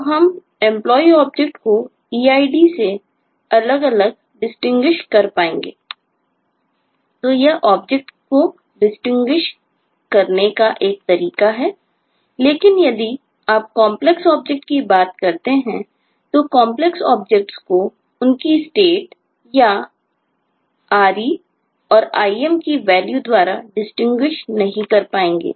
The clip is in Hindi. तो ऑब्जेक्ट नहीं कर पाएंगे